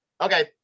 Okay